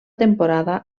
temporada